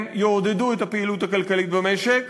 הם יעודדו את הפעילות הכלכלית במשק